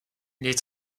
les